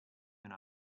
una